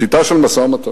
שיטה של משא-ומתן,